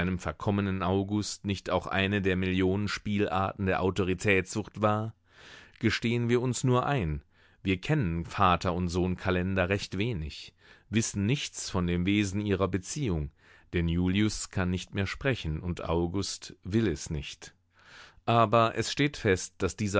verkommenen august nicht auch eine der millionen spielarten der autoritätssucht war gestehen wir uns nur ein wir kennen vater und sohn kalender recht wenig wissen nichts von dem wesen ihrer beziehung denn julius kann nicht mehr sprechen und august will es nicht aber es steht fest daß dieser